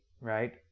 right